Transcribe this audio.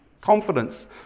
confidence